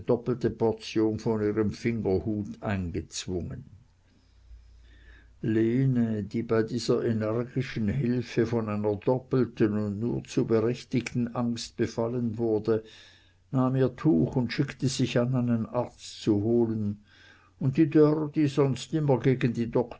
doppelte portion von ihrem fingerhut eingezwungen lene die bei dieser energischen hilfe von einer doppelten und nur zu berechtigten angst befallen wurde nahm ihr tuch und schickte sich an einen arzt zu holen und die dörr die sonst immer gegen die